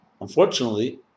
Unfortunately